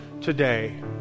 today